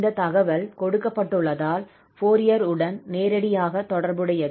இந்த தகவல் கொடுக்கப்பட்டுள்ளதால் ஃபோரியர் உடன் நேரடியாக தொடர்புடையது